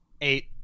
Eight